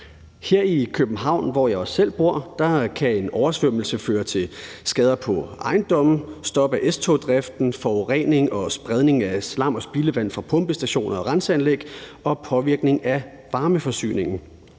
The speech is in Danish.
Her i København, hvor jeg selv bor, kan en oversvømmelse føre til skader på ejendomme, stop af S-togsdriften, forurening og spredning af slam og spildevand fra pumpestationer og renseanlæg og påvirkning af varmeforsyningen.